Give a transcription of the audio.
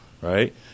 Right